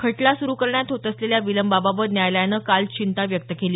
खटला सुरु करण्यात होत असलेल्या विलंबाबाबत न्यायालयानं काल चिंता व्यक्त केली